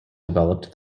developed